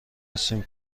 هستیم